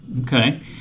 Okay